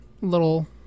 little